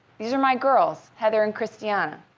these are my girls, heather and christiana.